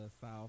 south